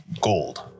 gold